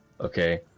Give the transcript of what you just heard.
okay